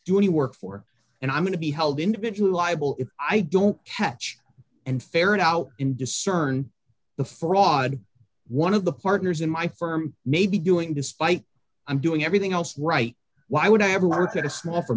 do any work for and i'm going to be held individual liable if i don't catch and ferret out in discern the fraud one of the partners in my firm may be doing despite i'm doing everything else right why would i ever work at a small for